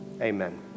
amen